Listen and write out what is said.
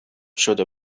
شده